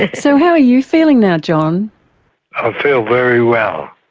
so how are you feeling now, john? i feel very well.